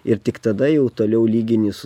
ir tik tada jau toliau lygini su